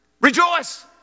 rejoice